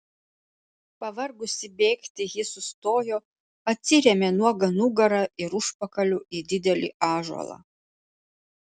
pavargusi bėgti ji sustojo atsirėmė nuoga nugara ir užpakaliu į didelį ąžuolą